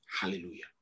Hallelujah